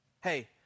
Hey